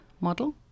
model